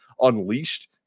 Unleashed